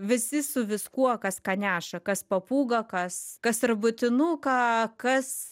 visi su viskuo kas ką neša kas papūgą kas kas arbatinuką kas